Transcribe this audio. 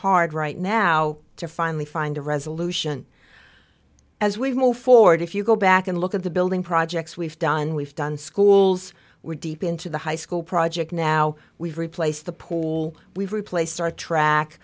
hard right now to finally find a resolution as we move forward if you go back and look at the building projects we've done we've done schools we're deep into the high school project now we've replaced the pool we've replaced our track